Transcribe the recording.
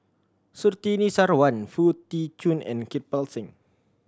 Surtini Sarwan Foo Tee Jun and Kirpal Singh